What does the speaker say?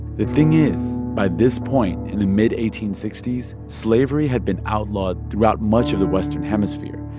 the thing is, by this point in the mid eighteen sixty s, slavery had been outlawed throughout much of the western hemisphere.